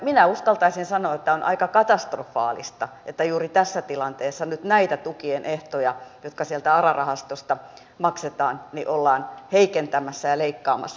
minä uskaltaisin sanoa että on aika katastrofaalista että juuri tässä tilanteessa nyt näitä tukien ehtoja jotka sieltä ara rahastosta maksetaan ollaan heikentämässä ja leikkaamassa